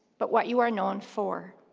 but what you are known for.